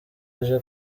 aje